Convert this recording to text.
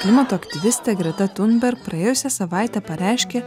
klimato aktyvistė greta tunberg praėjusią savaitę pareiškė